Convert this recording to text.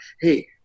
hey